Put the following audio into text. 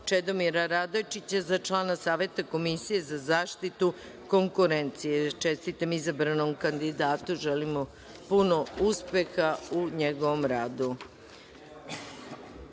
Čedomir Radojčića za člana Saveta komisije za zaštitu konkurencije. Čestitam izabranom kandidatu i želim mu puno uspeha u radu. Prelazimo